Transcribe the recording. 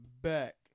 back